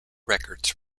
records